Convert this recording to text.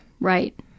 Right